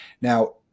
Now